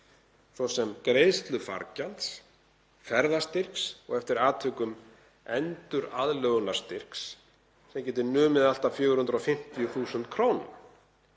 svo sem greiðslu fargjalds, ferðastyrks og eftir atvikum enduraðlögunarstyrks sem getur numið allt að 450.000 kr.